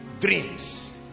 dreams